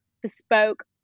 bespoke